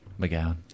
McGowan